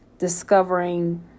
discovering